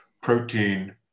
protein